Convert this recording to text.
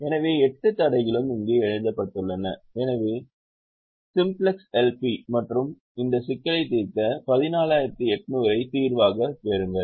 எனவே எட்டு தடைகளும் இங்கே எழுதப்பட்டுள்ளன எனவே சிம்ப்ளக்ஸ் எல்பி மற்றும் இந்த சிக்கலை தீர்க்க 14800 ஐ தீர்வாகப் பெறுங்கள்